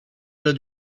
other